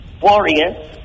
warriors